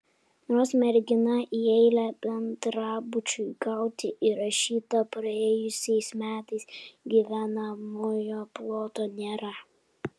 nors mergina į eilę bendrabučiui gauti įrašyta praėjusiais metais gyvenamojo ploto nėra